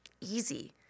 easy